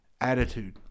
attitude